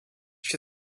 się